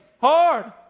hard